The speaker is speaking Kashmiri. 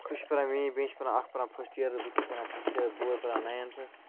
سُہ چھِ پران میٲنۍ بینہِ چھِ پران اکھ چھِ پران فسٹ ییرس بہٕ تہِ چھُس پران فسٹَ ییرس بوے پران نِاینتھَس